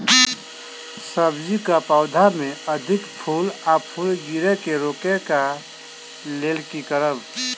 सब्जी कऽ पौधा मे अधिक फूल आ फूल गिरय केँ रोकय कऽ लेल की करब?